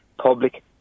public